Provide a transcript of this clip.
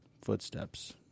footsteps